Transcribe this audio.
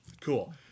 Cool